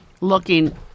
looking